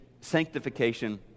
sanctification